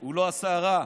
הוא לא עשה רע.